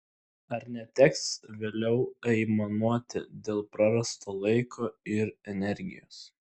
ar neteks vėliau aimanuoti dėl prarasto laiko ir energijos